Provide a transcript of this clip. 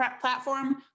platform